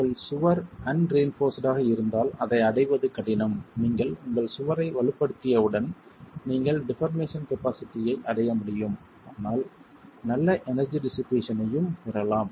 உங்கள் சுவர் அன்ரிஇன்போர்ஸ்டு ஆக இருந்தால் அதை அடைவது கடினம் நீங்கள் உங்கள் சுவரை வலுப்படுத்தியவுடன் நீங்கள் டிபார்மேஷன் கபாஸிட்டியை அடைய முடியும் ஆனால் நல்ல எனர்ஜி டிஷ்ஷிபேசன் ஐயும் பெறலாம்